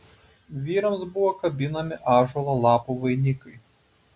vyrams buvo kabinami ąžuolo lapų vainikai